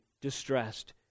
distressed